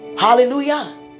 Hallelujah